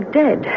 dead